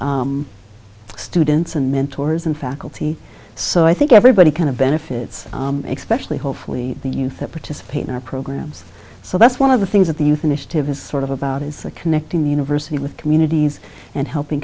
students and mentors and faculty so i think everybody kind of benefits expect me hopefully the youth that participate in our programs so that's one of the things that the youth initiative is sort of about is connecting the university with communities and helping